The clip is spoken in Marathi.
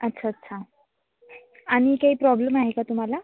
अच्छा अच्छा आणि काही प्रॉब्लेम आहे का तुम्हाला